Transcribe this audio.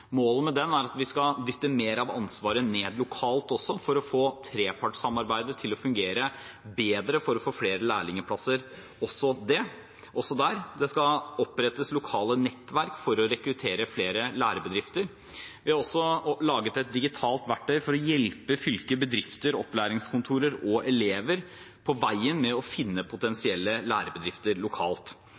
Målet med den er at vi skal dytte mer av ansvaret nedover lokalt, for å få trepartssamarbeidet til å fungere bedre, for å få flere lærlingplasser også der. Det skal opprettes lokale nettverk for å rekruttere flere lærebedrifter. Vi har også laget et digitalt verktøy for å hjelpe fylker, bedrifter, opplæringskontorer og elever på veien med å finne potensielle lærebedrifter lokalt.